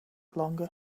longer